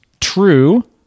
true